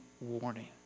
warning